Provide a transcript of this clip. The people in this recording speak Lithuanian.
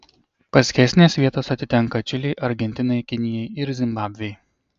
paskesnės vietos atitenka čilei argentinai kinijai ir zimbabvei